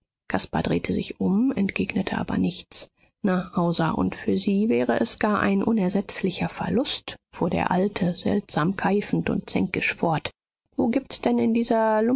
caspar drehte sich um entgegnete aber nichts na hauser und für sie wäre es gar ein unersetzlicher verlust fuhr der alte seltsam keifend und zänkisch fort wo gibt's denn in dieser